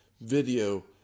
video